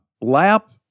lap